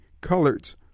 colored